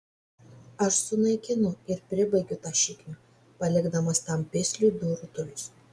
aš sunaikinu ir pribaigiu tą šiknių palikdamas tam pisliui du rutulius